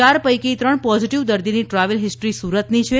યાર પૈકી ત્રણ પોઝીટીવ દર્દીની ટ્રાવેલ હિસ્ટ્રી સુરતની છે